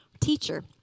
teacher